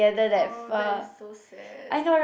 oh that is so sad